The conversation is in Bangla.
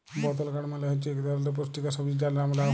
বতল গাড় মালে হছে ইক ধারালের পুস্টিকর সবজি যার লাম লাউ